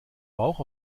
rauch